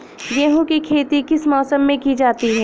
गेहूँ की खेती किस मौसम में की जाती है?